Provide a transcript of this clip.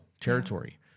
territory